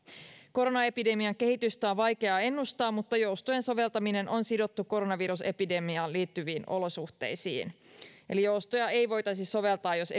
koronaepidemian kehitystä on vaikea ennustaa mutta joustojen soveltaminen on sidottu koronavirusepidemiaan liittyviin olosuhteisiin eli joustoja ei voitaisi soveltaa jos